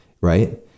Right